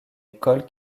école